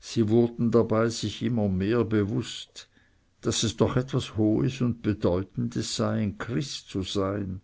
sie wurden dabei sich immer mehr bewußt daß es doch etwas hohes und bedeutendes sei ein christ zu sein